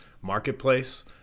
marketplace